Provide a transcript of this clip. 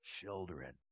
children